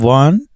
one